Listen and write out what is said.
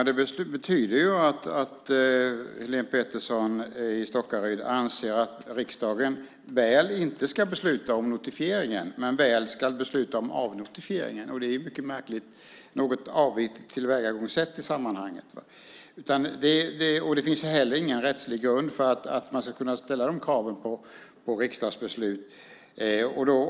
Fru talman! Det betyder att Helene Petersson i Stockaryd anser att riksdagen inte ska besluta om notifieringen men väl om avnotifieringen. Det är ett lite märkligt och något avigt tillvägagångssätt i sammanhanget. Det finns heller ingen rättslig grund för att ställa de kraven på riksdagsbeslut.